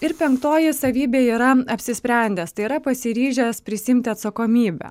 ir penktoji savybė yra apsisprendęs tai yra pasiryžęs prisiimti atsakomybę